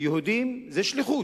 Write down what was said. יהודים זו שליחות,